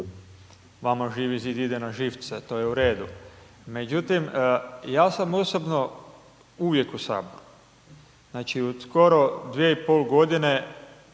vama Živi zid ide na živce, to je u redu. Međutim, ja sam osobno uvijek u HS, znači, u skoro 2,5,.g.